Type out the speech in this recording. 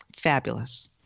Fabulous